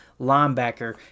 linebacker